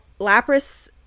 Lapras